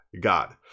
God